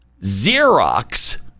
xerox